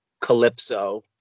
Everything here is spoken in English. Calypso